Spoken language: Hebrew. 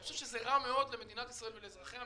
אני חושב שזה רע מאוד למדינת ישראל ולאזרחיה.